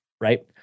right